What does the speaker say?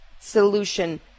solution